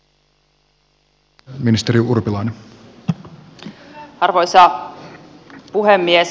arvoisa puhemies